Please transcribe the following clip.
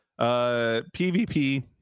pvp